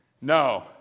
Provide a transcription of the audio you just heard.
No